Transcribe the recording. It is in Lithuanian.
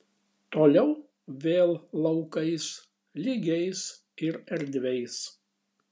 toliau vėl laukais lygiais ir erdviais